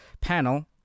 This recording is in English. panel